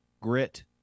grit